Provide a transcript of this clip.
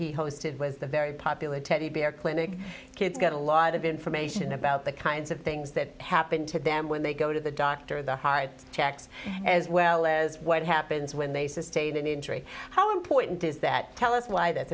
y hosted was the very popular teddy bear clinic kids get a lot of information about the kinds of things that happen to them when they go to the doctor the hides checks as well as what happens when they sustain an injury how important is that tell us why that